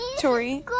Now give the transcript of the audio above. Tori